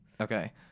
Okay